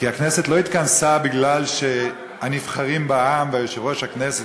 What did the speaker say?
כי הכנסת לא התכנסה מפני שהנבחרים בעם ויושב-ראש הכנסת